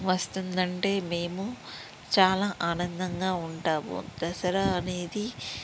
వస్తుందంటే మేము చాలా ఆనందంగా ఉంటాము దసరా అనేది